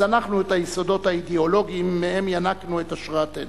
זנחנו את היסודות האידיאולוגיים שמהם ינקנו את השראתנו.